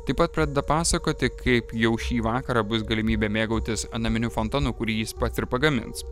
taip pat pradeda pasakoti kaip jau šį vakarą bus galimybė mėgautis naminiu fontanu kurį jis pats ir pagamins